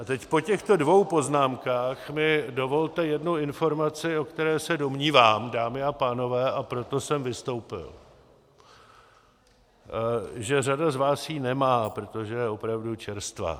A teď mi po těchto dvou poznámkách dovolte jednu informaci, o které se domnívám, dámy a pánové, a proto jsem vystoupil, že řada z vás ji nemá, protože je opravdu čerstvá.